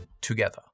together